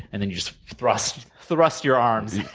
and then, you just thrust thrust your arms,